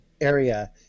area